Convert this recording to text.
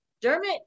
dermot